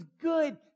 good